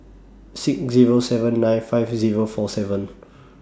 six Zero seven nine five Zero four seven